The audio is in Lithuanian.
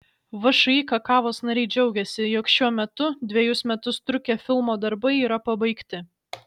všį kakavos nariai džiaugiasi jog šiuo metu dvejus metus trukę filmo darbai yra pabaigti